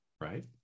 right